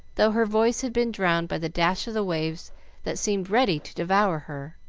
though her voice had been drowned by the dash of the waves that seemed ready to devour her.